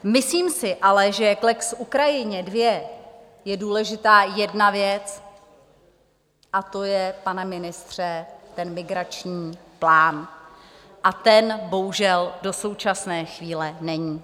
Myslím si ale, že k lex Ukrajina II je důležitá jedna věc, a to je, pane ministře, ten migrační plán, a ten bohužel do současné chvíle není.